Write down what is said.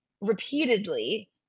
repeatedly